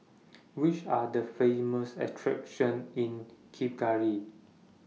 Which Are The Famous attractions in Kigali